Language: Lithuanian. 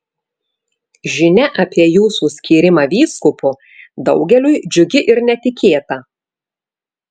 žinia apie jūsų skyrimą vyskupu daugeliui džiugi ir netikėta